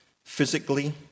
Physically